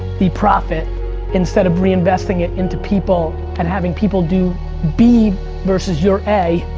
the profit instead of reinvesting it into people and having people do b versus your a.